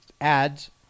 ads